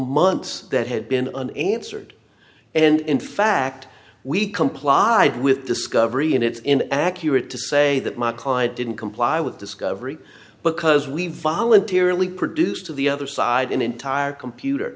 months that had been an answer and in fact we complied with discovery and it's in accurate to say that my client didn't comply with discovery because we voluntarily produced to the other side an entire computer